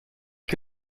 que